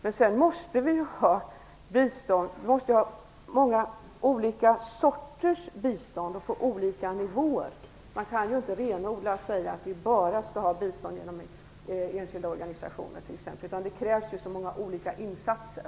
Men sedan måste vi ha många olika sorters bistånd, på olika nivåer. Man kan inte renodlat säga att vi bara skall ha bistånd t.ex. genom enskilda organisationer, utan det krävs så många olika insatser.